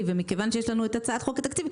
ומכיוון שיש לנו את הצעת חוק התקציב,